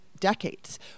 decades